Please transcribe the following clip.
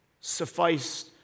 suffice